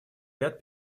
ряд